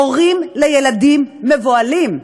הורים לילדים, מבוהלים,